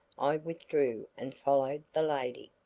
i withdrew and followed the lady.